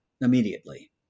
immediately